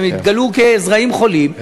שנתגלו כזרעים חולים,